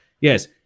Yes